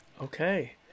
Okay